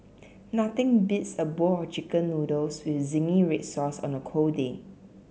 nothing beats a bowl of chicken noodles with zingy red sauce on a cold day